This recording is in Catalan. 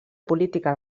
política